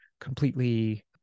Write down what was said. completely